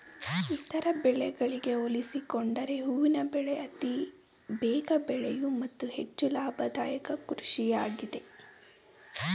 ಇತರ ಬೆಳೆಗಳಿಗೆ ಹೋಲಿಸಿಕೊಂಡರೆ ಹೂವಿನ ಬೆಳೆ ಅತಿ ಬೇಗ ಬೆಳೆಯೂ ಮತ್ತು ಹೆಚ್ಚು ಲಾಭದಾಯಕ ಕೃಷಿಯಾಗಿದೆ